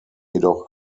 jedoch